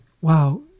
wow